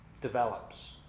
develops